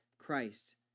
christ